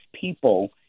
people